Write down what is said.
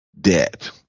debt